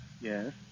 Yes